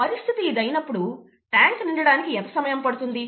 పరిస్థితి ఇది అయినప్పుడు ట్యాంక్ నిండడానికి ఎంత సమయం పడుతుంది